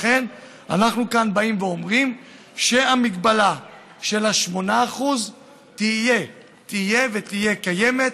לכן אנחנו אומרים כאן שהמגבלה של ה-8% תהיה קיימת,